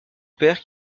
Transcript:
père